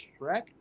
Shrek